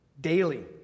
Daily